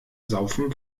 saufen